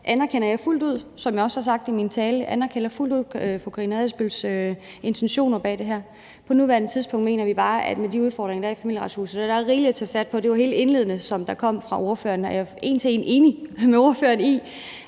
anerkender jeg fuldt ud fru Karina Adsbøls intention bag det her. På nuværende tidspunkt mener vi bare, at med de udfordringer, der er i Familieretshuset, er der rigeligt at tage fat på. Det blev helt indledende sagt af ordføreren. Jeg er en til en enig med ordføreren i,